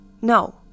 No